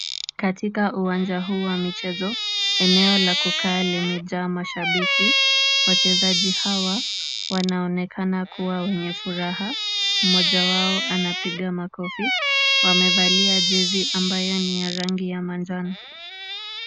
Katika uwanja huu wa michezo, eneo la kukaa limejaa mashibiki. Wachezaji hawa wanaonekana kuwa wenye furaha. Mmoja wao anapiga makofi. Wamevalia jezi ambayo ni ya rangi ya manjano.